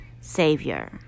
Savior